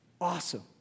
Awesome